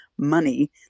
Money